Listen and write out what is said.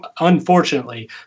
unfortunately